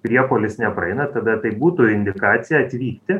priepuolis nepraeina tada tai būtų indikacija atvykti